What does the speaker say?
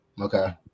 Okay